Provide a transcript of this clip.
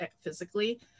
physically